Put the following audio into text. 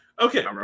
Okay